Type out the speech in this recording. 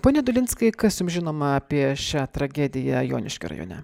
pone dulinskai kas jums žinoma apie šią tragediją joniškio rajone